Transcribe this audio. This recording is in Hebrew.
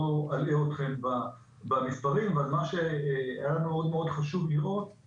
אלאה אתכם במספרים אבל מה שהיה מאוד חשוב לראות הוא